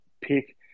pick